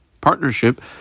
partnership